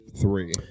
three